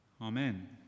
amen